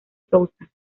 sousa